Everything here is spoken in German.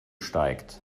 steigt